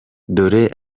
dore